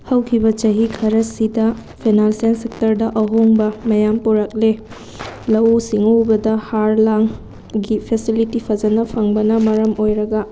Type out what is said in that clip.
ꯍꯧꯈꯤꯕ ꯆꯍꯤ ꯈꯔꯁꯤꯗ ꯐꯥꯏꯅꯥꯜꯁꯤꯌꯦꯜ ꯁꯦꯛꯇꯔꯗ ꯑꯍꯣꯡꯕ ꯃꯌꯥꯝ ꯄꯨꯔꯛꯂꯦ ꯂꯧꯎ ꯁꯤꯡꯎꯕꯗ ꯍꯥꯔ ꯂꯥꯡꯒꯤ ꯐꯦꯁꯤꯂꯤꯇꯤ ꯐꯖꯅ ꯐꯪꯕꯅ ꯃꯔꯝ ꯑꯣꯏꯔꯒ